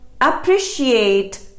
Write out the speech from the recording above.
appreciate